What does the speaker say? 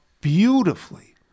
beautifully